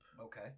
Okay